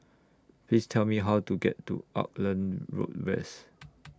Please Tell Me How to get to Auckland Road West